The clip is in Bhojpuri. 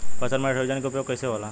फसल में नाइट्रोजन के उपयोग कइसे होला?